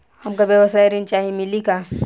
हमका व्यवसाय ऋण चाही मिली का?